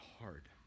hard